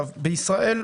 בישראל,